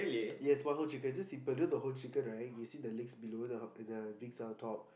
yes one whole chicken just simple you know the whole chicken right you see the legs below the uh the wings are on top